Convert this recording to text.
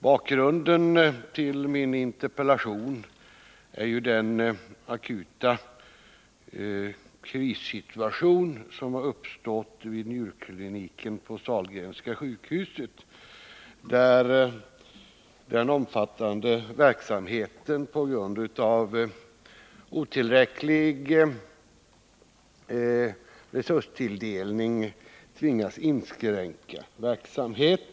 Bakgrunden till min interpellation är den akuta krissituation som har uppstått vid njurkliniken på Sahlgrenska sjukhuset, där man på grund av otillräcklig resurstilldelning tvingats inskränka den tidigare omfattande verksamheten.